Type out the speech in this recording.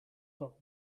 bulb